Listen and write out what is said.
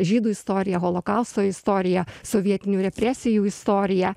žydų istoriją holokausto istoriją sovietinių represijų istoriją